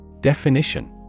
Definition